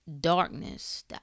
darkness